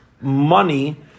money